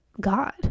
God